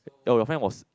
oh your friend was